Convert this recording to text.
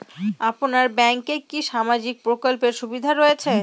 আপনার ব্যাংকে কি সামাজিক প্রকল্পের সুবিধা রয়েছে?